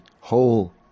whole